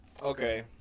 Okay